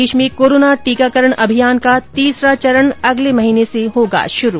देश में कोरोना टीकाकरण अभियान का तीसरा चरण अगले महीने से होगा शुरू